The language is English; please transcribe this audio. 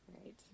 Right